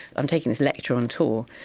i'm taking this lecture on tour,